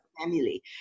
family